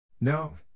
No